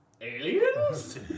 aliens